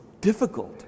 difficult